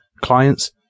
clients